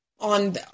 on